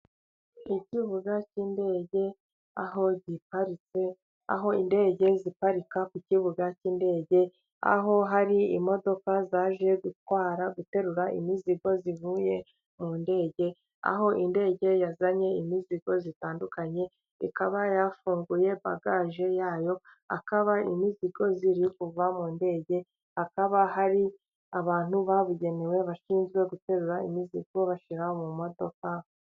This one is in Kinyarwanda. Ikibuga cy'indege aho ziparitse, aho indege ziparika ku kibuga cy'indege, aho hari imodoka zaje gutwara guterura imizigo ivuye mu ndege, aho indege yazanye imizigo itandukanye, ikaba yafunguye bagage yayo, akaba imizigo ziri kuva mu ndege, hakaba hari abantu babugenewe bashinzwe guterura imizigo bashyira mu modoka.